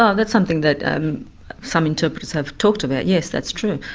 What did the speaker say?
um that's something that some interpreters have talked about, yes, that's true.